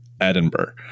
Edinburgh